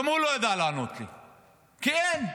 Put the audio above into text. גם הוא לא ידע לענות לי, כי אין.